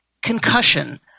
concussion